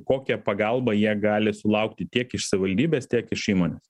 kokią pagalbą jie gali sulaukti tiek iš savivaldybės tiek iš įmonės